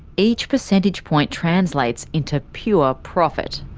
each percentage point translates into pure profit.